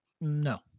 No